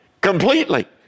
completely